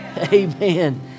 Amen